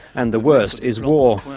and the worst is war.